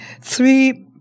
three